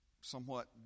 somewhat